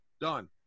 Done